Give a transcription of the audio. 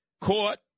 court